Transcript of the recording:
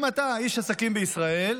אם אתה איש עסקים בישראל,